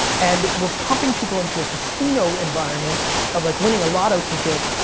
and we're pumping people into a casino environment of like winning a lotto ticket.